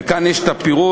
וכאן יש הפירוט.